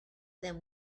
them